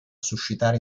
suscitare